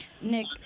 Nick